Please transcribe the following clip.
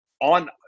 on –